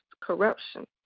corruption